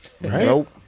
Nope